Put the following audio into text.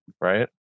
right